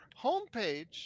homepage